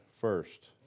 first